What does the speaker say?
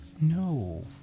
No